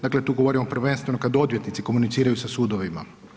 Dakle tu govorimo prvenstveno kada odvjetnici komuniciraju sa sudovima.